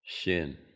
sin